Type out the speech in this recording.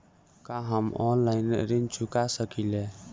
का हम ऑनलाइन ऋण चुका सके ली?